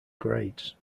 grades